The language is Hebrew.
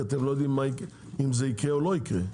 אתם לא יודעים אם זה יקרה או לא יקרה.